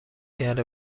کرده